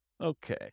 Okay